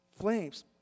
flames